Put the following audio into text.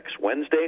Wednesday